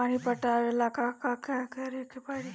पानी पटावेला का करे के परी?